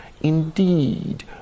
indeed